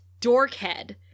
Dorkhead